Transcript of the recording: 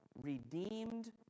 redeemed